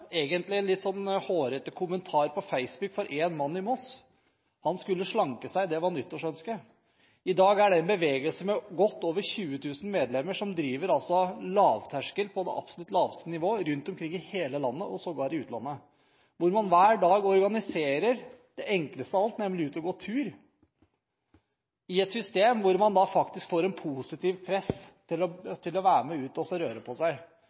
en litt hårete kommentar på Facebook fra en mann i Moss. Han skulle slanke seg, det var nyttårsønsket. I dag er det en bevegelse med godt over 20 000 medlemmer som driver et lavterskeltilbud på det absolutt laveste nivå rundt omkring i hele landet og sågar i utlandet, hvor man hver dag organiserer det enkleste av alt, nemlig ut og gå tur i et system hvor man får et positivt press til å være med ut og røre på seg.